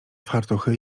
fartuchy